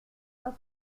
pas